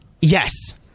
Yes